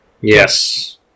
yes